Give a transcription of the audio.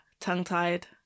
tongue-tied